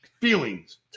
Feelings